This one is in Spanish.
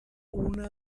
una